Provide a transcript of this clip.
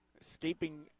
escaping